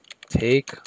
Take